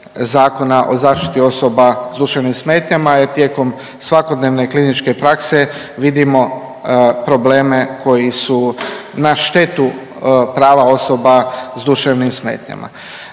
Zakona o zaštiti osoba s duševnim smetnjama jer tijekom svakodnevne kliničke prakse vidimo probleme koji su na štetu prava osoba s duševnim smetnjama.